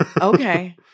Okay